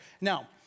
Now